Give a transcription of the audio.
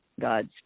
God's